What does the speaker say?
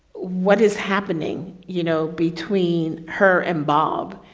what is happening, you know, between her and bob,